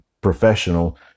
professional